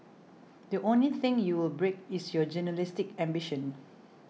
the only thing you will break is your journalistic ambition